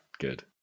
good